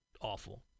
awful